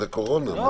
זה קורונה.